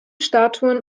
statuen